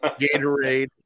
Gatorade